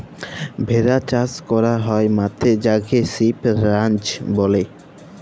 ভেড়া চাস ক্যরা হ্যয় মাঠে যাকে সিপ রাঞ্চ ব্যলে